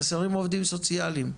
חסרים עובדים סוציאליים.